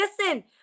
listen